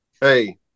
Hey